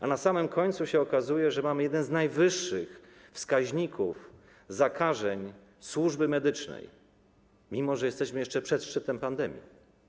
A na samym końcu okazuje się, że mamy jeden z najwyższych wskaźników zakażeń służby medycznej, mimo że jesteśmy jeszcze przed szczytem pandemii.